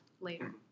later